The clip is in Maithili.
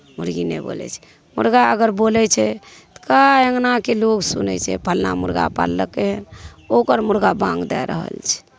मुर्गी नहि बोलै छै मुर्गा अगर बोलै छै तऽ कए अङ्गनाके लोग सुनै छै फलना मुर्गा पाललकै ओकर मुर्गा बाङ्ग दै रहल छै